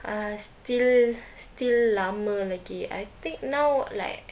uh still still lama lagi I think now like